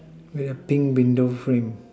with a pink window frame